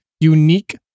unique